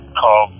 call